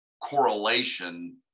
correlation